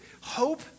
hope